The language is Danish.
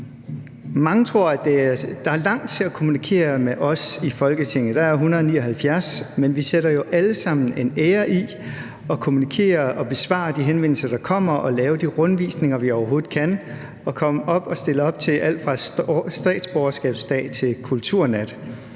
Mange tror, at der er langt til at kommunikere med os i Folketinget. Der er 179, men vi sætter jo alle sammen en ære i at kommunikere og besvare de henvendelser, der kommer, og lave de rundvisninger, vi overhovedet kan, og komme ind og stille op til alt fra statsborgerskabsdag til kulturnat.